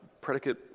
predicate